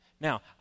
Now